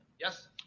Yes